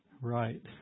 Right